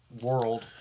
world